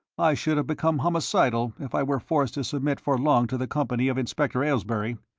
i should become homicidal if i were forced to submit for long to the company of inspector aylesbury.